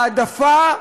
העדפה,